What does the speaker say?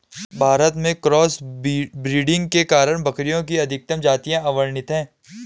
भारत में cross breeding के कारण बकरियों की अधिकतर जातियां अवर्णित है